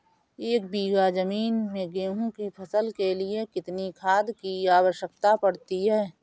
एक बीघा ज़मीन में गेहूँ की फसल के लिए कितनी खाद की आवश्यकता पड़ती है?